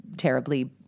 terribly